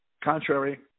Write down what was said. contrary